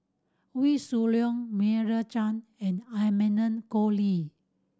Wee Shoo Leong Meira Chang and Amanda Koe Lee